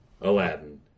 Aladdin